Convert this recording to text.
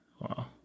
Wow